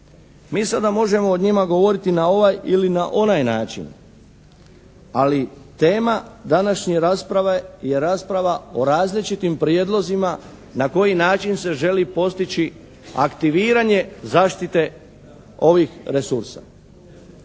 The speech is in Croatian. Mi sada možemo o njima govoriti na ovaj ili na onaj način. Ali tema današnje rasprave je rasprava o različitim prijedlozima na koji način se želi postići aktiviranje zaštite ovih resursa.